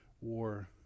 war